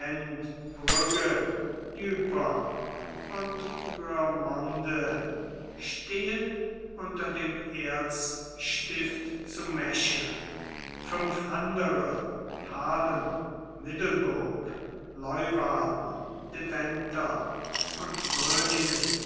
und rüremonde stehen unter dem erzstift zu mecheln fünf andere haarlem middelburg leeuwarden deventer und gröningen